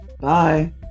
Bye